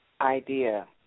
idea